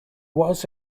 was